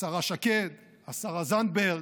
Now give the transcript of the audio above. השרה שקד, השרה זנדברג,